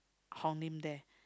Hong-Lim there